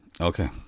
Okay